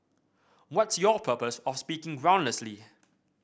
what's your purpose of speaking groundlessly